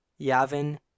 Yavin